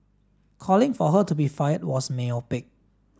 calling for her to be fired was myopic